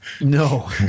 No